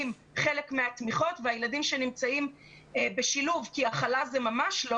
חלק מהתמיכות והילדים שנמצאים בשילוב כי הכלה זה ממש לא